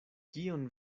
kion